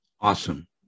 Awesome